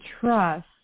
trust